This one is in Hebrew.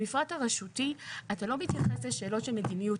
במפרט הרשותי אתה לא מתייחס לשאלות של מדיניות,